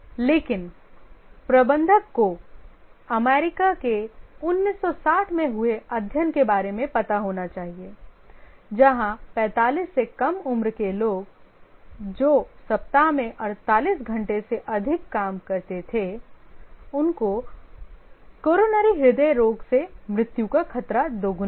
लेकिन प्रबंधक को अमेरिका के 1960 में हुए अध्ययन के बारे में पता होना चाहिए जहां 45 से कम उम्र के लोग जो सप्ताह में 48 घंटे से अधिक काम करते थे को कोरोनरी हृदय रोग से मृत्यु का खतरा दोगुना था